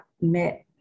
met